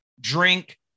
drink